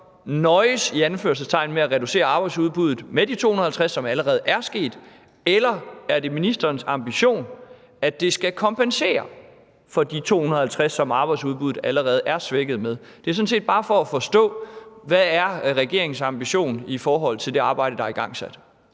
– med at reducere arbejdsudbuddet med de 250, hvilket allerede er sket, eller er det ministerens ambition, at det skal kompensere for de 250, som arbejdsudbuddet allerede er svækket med? Det er sådan set bare for at forstå, hvad regeringens ambition er i forhold til det arbejde, der er igangsat.